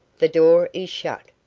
the door is shut.